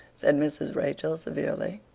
said mrs. rachel severely.